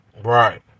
Right